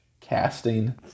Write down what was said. casting